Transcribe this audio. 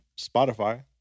Spotify